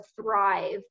thrive